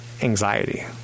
anxiety